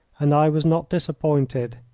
and i was not disappointed.